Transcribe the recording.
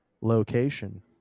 location